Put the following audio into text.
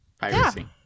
Piracy